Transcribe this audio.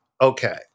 okay